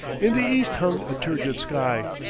in the east hung a turgid sky,